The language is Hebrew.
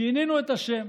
שינינו את השם.